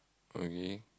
okay